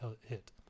hit